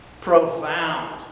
Profound